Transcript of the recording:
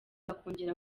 bakongera